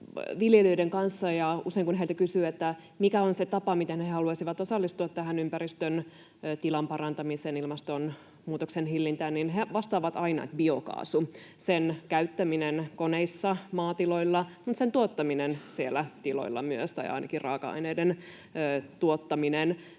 viljelijöiden kanssa. Aina, kun heiltä kysyy, mikä on se tapa, miten he haluaisivat osallistua ympäristön tilan parantamiseen ja ilmastonmuutoksen hillintään, he vastaavat, että biokaasu: sen käyttäminen koneissa, maatiloilla, mutta myös sen tuottaminen siellä tiloilla tai ainakin raaka-aineiden tuottaminen.